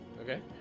Okay